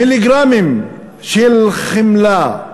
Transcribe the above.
מיליגרמים של חמלה,